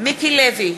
מיקי לוי,